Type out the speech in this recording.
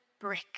brick